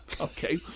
Okay